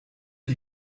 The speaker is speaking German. die